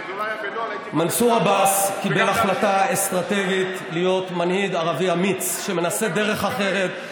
מנסור עבאס קיבל החלטה אסטרטגית להיות מנהיג ערבי אמיץ שמנסה דרך אחרת.